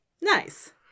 Nice